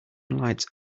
lights